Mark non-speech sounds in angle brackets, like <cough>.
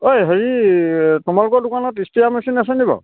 অ ঐ হেৰি তোমালোকৰ দোকানত <unintelligible> মেচিন আছে নি বাৰু